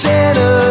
Santa